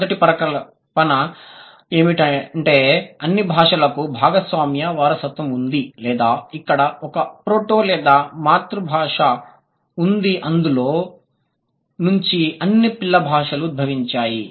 మొదటి పరికల్పన ఏమిటంటే అన్ని భాషలకు భాగస్వామ్య వారసత్వం ఉంది లేదా ఇక్కడ ఒక ప్రోటో లేదా మాతృభాష ఉంది అందులో నుంచి అన్ని పిల్ల భాషలు ఉద్భవించాయి